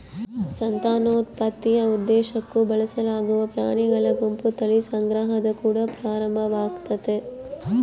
ಸಂತಾನೋತ್ಪತ್ತಿಯ ಉದ್ದೇಶುಕ್ಕ ಬಳಸಲಾಗುವ ಪ್ರಾಣಿಗಳ ಗುಂಪು ತಳಿ ಸಂಗ್ರಹದ ಕುಡ ಪ್ರಾರಂಭವಾಗ್ತತೆ